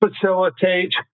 facilitate